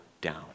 down